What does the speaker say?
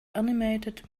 animated